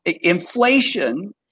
inflation